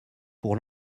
pour